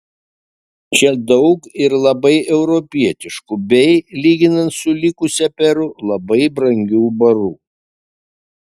čia daug ir labai europietiškų bei lyginant su likusia peru labai brangių barų